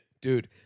dude